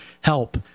help